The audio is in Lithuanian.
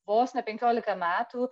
vos ne penkiolika metų